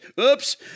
Oops